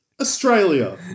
Australia